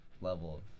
level